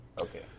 Okay